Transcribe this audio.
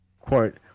Quote